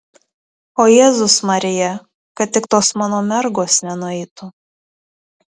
o jėzus marija kad tik tos mano mergos nenueitų